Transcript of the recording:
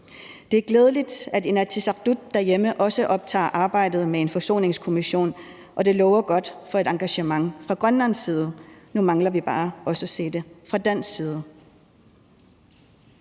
Det er glædeligt, at Inatsisartut derhjemme også tager arbejdet op med en forsoningskommission, og det lover godt for et engagement fra Grønlands side. Nu mangler vi bare at se det fra dansk side.